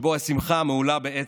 שבו השמחה מהולה בעצב,